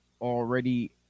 already